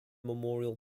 memorial